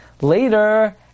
later